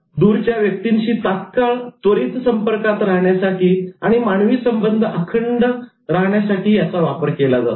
दुरच्या व्यक्तींशी तात्काळत्वरित संपर्कात राहण्यासाठी आणि मानवी संबंध अखंड राहण्यासाठी याचा वापर केला जातो